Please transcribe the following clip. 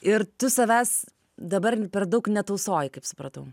ir tu savęs dabar per daug netausoji kaip supratau